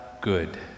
good